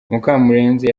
mukamurenzi